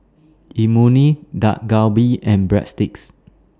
Imoni Dak Galbi and Breadsticks